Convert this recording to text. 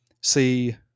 see